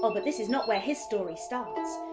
um but this is not where his story starts.